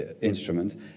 instrument